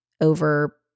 over